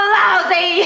lousy